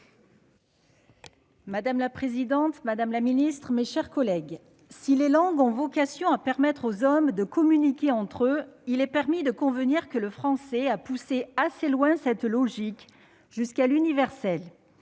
Madame la présidente, madame la secrétaire d'État, mes chers collègues, si les langues ont vocation à permettre aux hommes de communiquer entre eux, il est permis de convenir que le français a poussé assez loin cette logique, jusqu'à l'universel.